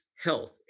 health